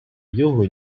його